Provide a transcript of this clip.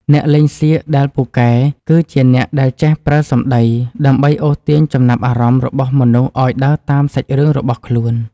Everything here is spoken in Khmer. អ្នកលេងសៀកដែលពូកែគឺ ជាអ្នកដែលចេះប្រើសម្តីដើម្បីអូសទាញចំណាប់អារម្មណ៍របស់មនុស្សឱ្យដើរតាមសាច់រឿងរបស់ខ្លួន។